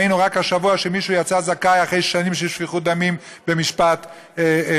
ראינו רק השבוע שמישהו יצא זכאי אחרי שנים של שפיכות דמים במשפט נורא.